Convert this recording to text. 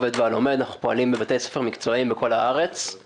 אנחנו פועלים בבתי ספר מקצועיים בכל הארץ,